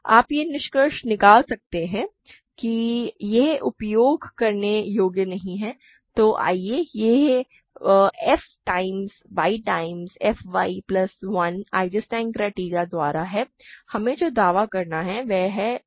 आप यह निष्कर्ष निकाल सकते हैं कि यह उपयोग करने योग्य नहीं है तो आइए यह f times y times f y plus 1 Eisenstein criterion द्वारा है हमें जो दावा करना है वह है